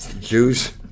Jews